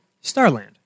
Starland